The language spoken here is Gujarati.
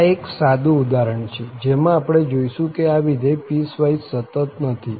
આ એક સાદું ઉદાહરણ છે જેમાં આપણે જોઈશું કે આ વિધેય પીસવાઈસ સતત નથી